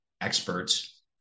experts